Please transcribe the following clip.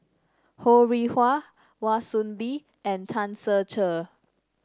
Ho Rih Hwa Wan Soon Bee and Tan Ser Cher